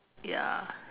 ya